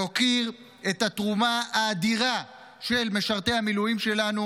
להוקיר את התרומה האדירה של משרתי המילואים שלנו